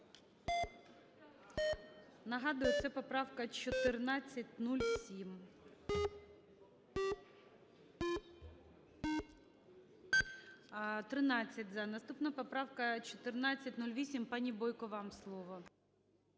Нагадую, це поправка 1407. 16:51:23 За-13 Наступна поправка – 1408. Пані Бойко, вам слово.